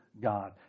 God